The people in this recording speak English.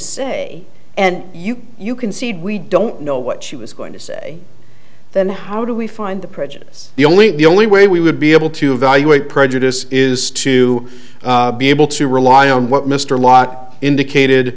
say and you you concede we don't know what she was going to say then how do we find the prejudice the only thing the only way we would be able to evaluate prejudice is to be able to rely on what mr lott indicated